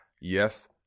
yes